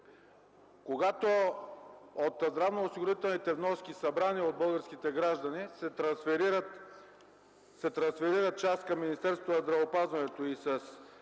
Когато от здравноосигурителните вноски, събрани от българските граждани, се трансферира част към Министерството на здравеопазването и с